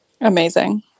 Amazing